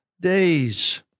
days